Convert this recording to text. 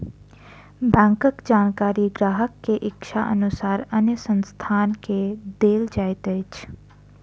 बैंकक जानकारी ग्राहक के इच्छा अनुसार अन्य संस्थान के देल जाइत अछि